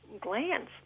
glands